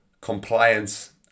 compliance